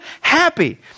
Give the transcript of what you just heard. happy